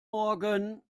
morgen